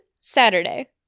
Saturday